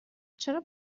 چرا